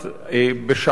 בשעה זו,